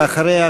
ואחריה,